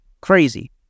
Crazy